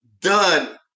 done